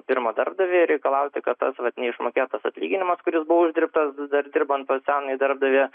pirmą darbdavį ir reikalauti kad tas vat neišmokėtas atlyginimas kuris buvo uždirbtas dar dirbant po senąjį darbdavį